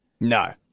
No